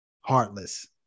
heartless